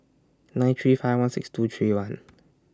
nine three five one six two three one